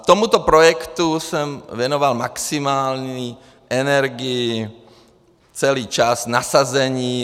Tomuto projektu jsem věnoval maximální energii celý čas, nasazení.